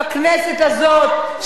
בכנסת הזאת,